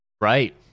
Right